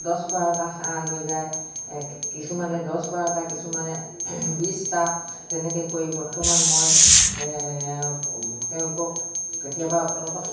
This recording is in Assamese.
দহ বাৰটা হাঁহ লৈ যায় কিছুমানে দহ বাৰটা কিছুমানে বিছটা তেনেকৈ কৰি বৰ্তমান মই তেওঁ তেওঁলোকক কেতিয়াবা